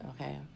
okay